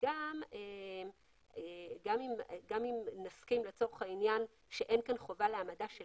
גם אם נסכים לצורך העניין שאין כאן חובה להעמדה של